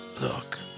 Look